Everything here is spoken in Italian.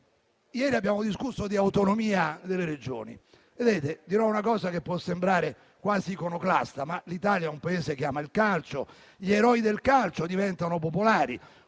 Ieri abbiamo discusso di autonomia delle Regioni. Dirò una cosa che può sembrare quasi iconoclasta, ma l'Italia è un Paese che ama il calcio, gli eroi del calcio diventano popolari,